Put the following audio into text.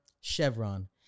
Chevron